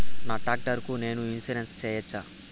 నా టాక్టర్ కు నేను ఇన్సూరెన్సు సేయొచ్చా?